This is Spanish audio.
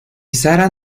sarah